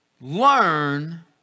Learn